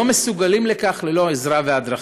לא מסוגלים לכך ללא עזרה והדרכה.